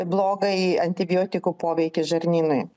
blogąjį antibiotikų poveikį žarnynui